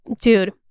dude